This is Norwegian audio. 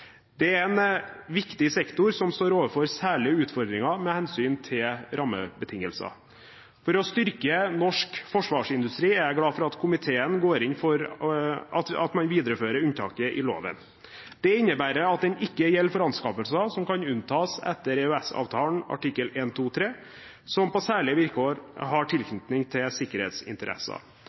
Det er en viktig sektor som står overfor særlige utfordringer med hensyn til rammebetingelser. For å styrke norsk forsvarsindustri er jeg glad for at komiteen går inn for at man viderefører unntaket i loven. Det innebærer at den ikke gjelder for anskaffelser som kan unntas etter EØS-avtalen artikkel 123, som på særlige vilkår har tilknytning til sikkerhetsinteresser.